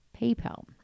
PayPal